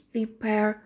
repair